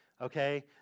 okay